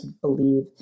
believe